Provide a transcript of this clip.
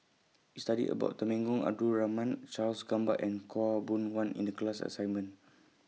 We studied about Temenggong Abdul Rahman Charles Gamba and Khaw Boon Wan in The class assignment